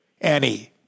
Annie